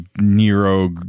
Nero